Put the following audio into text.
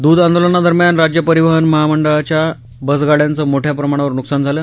दूध आंदोलनादरम्यान राज्य परिवहनमंडळाच्या बसगाड्यांचं मोठ्या प्रमाणावर नुकसान झालं